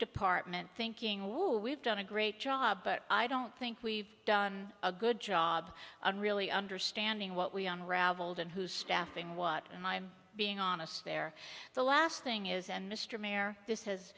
department thinking well we've done a great job but i don't think we've done a good job on really understanding what we on ravelled and who staffing what and i'm being honest there the last thing is and mr mayor this has